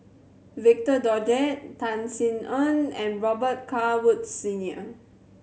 Victor Doggett Tan Sin Aun and Robet Carr Woods Senior